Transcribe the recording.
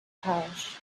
parish